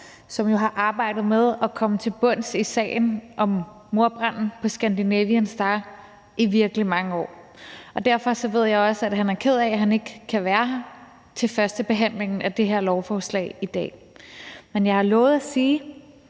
jo har arbejdet med at komme til bunds i sagen om mordbranden på »Scandinavian Star« i virkelig mange år. Derfor ved jeg også, at han er ked af, at han ikke kan være her til førstebehandlingen af det her lovforslag i dag. Men jeg har lovet at sige,